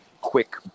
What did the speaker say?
quick